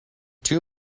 two